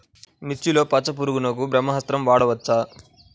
మిర్చిలో పచ్చ పురుగునకు బ్రహ్మాస్త్రం వాడవచ్చా?